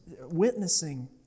witnessing